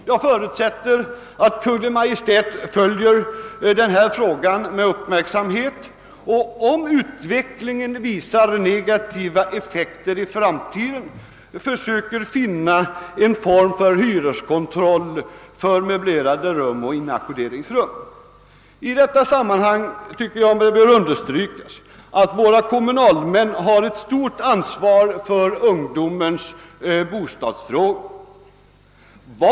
Jag förutsätter att Kungl. Maj:t följer denna fråga med uppmärksamhet och, om utvecklingen i framtiden visar negativa effekter, försöker finna en form för hyreskontroll beträffande möblerade rum och inackorderingsrum. I detta sammanhang bör det understrykas att våra kommunalmän har ett stort ansvar för ungdomens bostadsfråga.